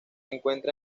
encuentra